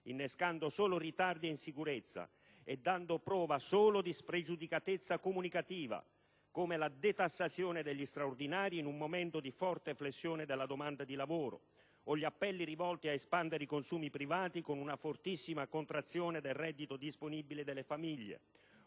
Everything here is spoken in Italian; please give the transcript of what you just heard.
innescando solo ritardi e insicurezza e dando prova soltando di spregiudicatezza comunicativa, come nel caso della detassazione degli straordinari in un momento di forte flessione della domanda di lavoro, o gli appelli rivolti ad espandere i consumi privati, con una fortissima contrazione del reddito disponibile delle famiglie,